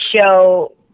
show